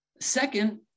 Second